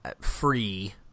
free